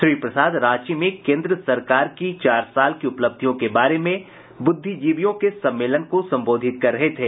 श्री प्रसाद रांची में केन्द्र सरकार की चार साल की उपलब्धियों के बारे में बुद्धिजीवियों के सम्मेलन को संबोधित कर रहे थे